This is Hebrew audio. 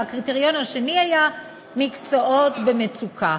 והקריטריון השני היה מקצועות במצוקה.